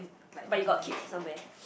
but you got keep somewhere